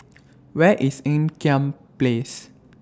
Where IS Ean Kiam Place